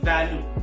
Value